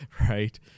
right